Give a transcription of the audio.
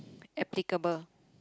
applicable